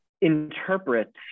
interpret